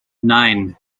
nine